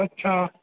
अच्छा